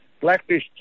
blackfish